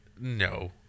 No